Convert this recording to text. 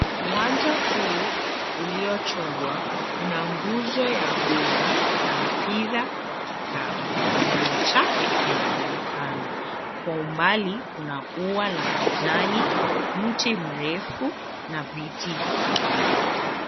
Uwanja huu uliochorwa una nguzo ya guli wa mpira wa vikapu. Kivuli chake kinaonekana. Kwa umbali kuna ua la majani, mti mrefu na viti viwili.